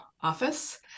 office